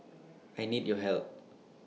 I need your help